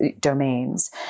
domains